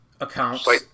accounts